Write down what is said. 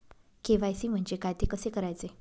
KYC म्हणजे काय? ते कसे करायचे?